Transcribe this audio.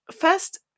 first